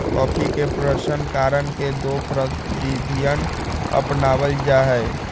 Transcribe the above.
coffee के प्रशन करण के दो प्रविधियन अपनावल जा हई